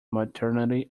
maternity